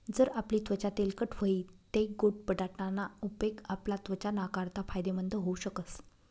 जर आपली त्वचा तेलकट व्हयी तै गोड बटाटा ना उपेग आपला त्वचा नाकारता फायदेमंद व्हऊ शकस